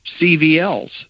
CVLs